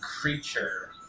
creature